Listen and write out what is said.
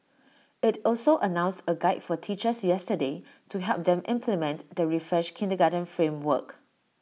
IT also announced A guide for teachers yesterday to help them implement the refreshed kindergarten framework